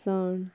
सण